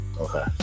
Okay